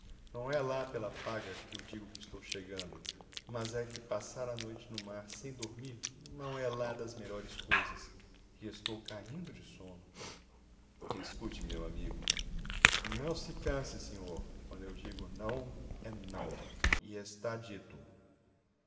não é lá pela paga que eu digo que estou chegando mas é que passar a noite no mar sem dormir não é lá das melhores coisas e estou caindo de sono escute meu amigo não se canse senhor quando eu digo não é não e está dito